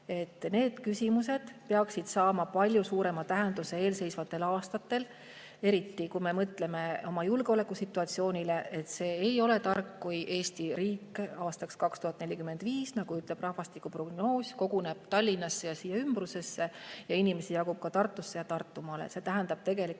Need küsimused peaksid saama eelseisvatel aastatel palju suurema tähenduse, eriti kui me mõtleme oma julgeolekusituatsioonile. See ei ole tark, kui Eesti riik aastaks 2045, nagu ütleb rahvastikuprognoos, koguneb Tallinnasse ja selle ümbrusesse ning inimesi jagub ka Tartusse ja Tartumaale. See tähendab tegelikult